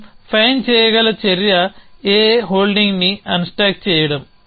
మనం ఫైన్ చేయగల చర్య A హోల్డింగ్ని అన్స్టాక్ చేయడం